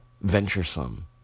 venturesome